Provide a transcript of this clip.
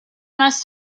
must